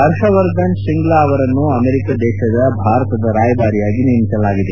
ಹರ್ಷವರ್ಧನ್ ಶ್ರಿಂಗ್ಲಾ ಅವರನ್ನು ಅಮೆರಿಕ ದೇಶದ ಭಾರತ ರಾಯಭಾರಿಯಾಗಿ ನೇಮಿಸಲಾಗಿದೆ